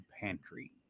pantry